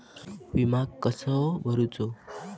विमा कसो भरूचो?